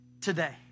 today